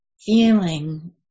feeling